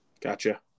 Gotcha